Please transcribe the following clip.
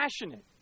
passionate